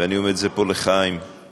ואני אומר את זה פה לחיים כץ,